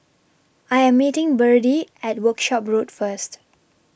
I Am meeting Byrdie At Workshop Road First